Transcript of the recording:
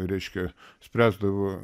reiškia spręsdavo